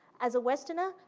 as a westerner,